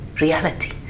reality